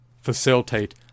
facilitate